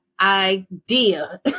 idea